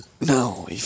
No